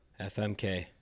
FMK